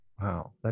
Wow